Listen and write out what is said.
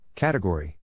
Category